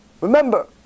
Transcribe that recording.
Remember